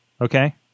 Okay